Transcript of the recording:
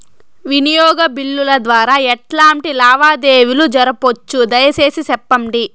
వినియోగ బిల్లుల ద్వారా ఎట్లాంటి లావాదేవీలు జరపొచ్చు, దయసేసి సెప్పండి?